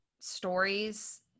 stories